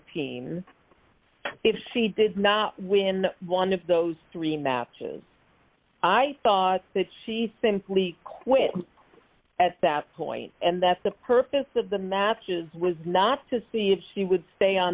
team if she did not win one of those three matches i thought that she simply quit at that point and that the purpose of the matches was not to see if she would stay on